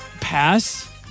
Pass